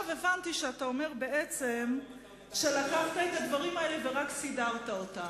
עכשיו הבנתי שאתה אומר בעצם שלקחת את הדברים האלה ורק סידרת אותם,